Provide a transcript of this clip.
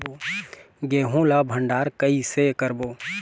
गेहूं ला भंडार कई से करबो?